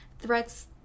threats